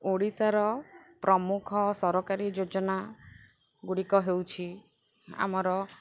ଓଡ଼ିଶାର ପ୍ରମୁଖ ସରକାରୀ ଯୋଜନା ଗୁଡ଼ିକ ହେଉଛି ଆମର